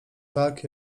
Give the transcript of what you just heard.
tak